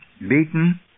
beaten